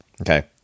okay